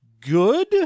good